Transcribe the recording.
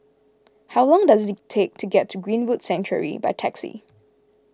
how long does it take to get to Greenwood Sanctuary by taxi